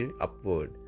upward